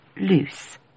loose